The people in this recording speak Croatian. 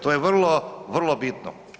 To je vrlo vrlo bitno.